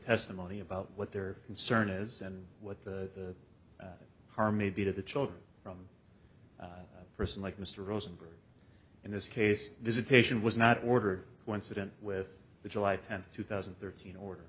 testimony about what their concern is and what the harm maybe to the children from person like mr rosenberg in this case visitation was not ordered one student with the july tenth two thousand and thirteen